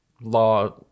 law